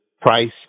price